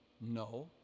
No